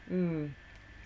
um